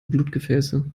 blutgefäße